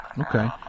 Okay